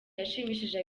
yashimishije